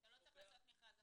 -- אתה לא צריך לעשות מכרז הפוך.